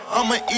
I'ma